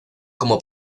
como